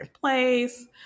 place